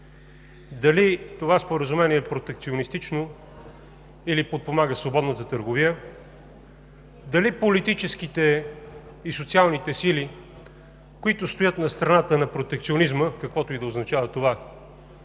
дали това споразумение е протекционистично, или подпомага свободната търговия; дали политическите и социалните сили, които стоят на страната на протекционизма, каквото и да означава това,